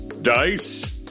Dice